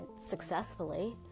successfully